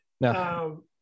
No